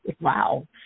Wow